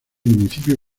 municipio